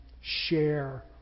share